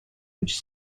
which